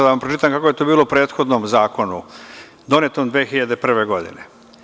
Da vam pročitam kako je to bilo u prethodnom zakonu, donetom 2001. godine.